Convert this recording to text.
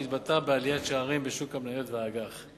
שהתבטא בעליות שערים בשוק המניות והאג"ח.